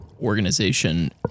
organization